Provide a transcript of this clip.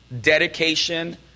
dedication